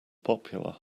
popular